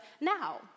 now